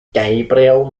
gabriel